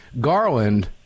Garland